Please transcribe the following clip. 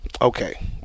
okay